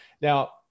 Now